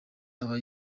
aba